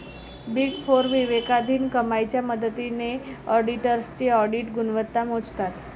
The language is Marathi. बिग फोर विवेकाधीन कमाईच्या मदतीने ऑडिटर्सची ऑडिट गुणवत्ता मोजतात